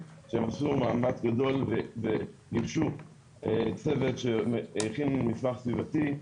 שהם עשו מאמץ גדול וגיבשו צוות שהכין מסמך סביבתי,